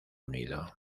unido